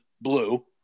blue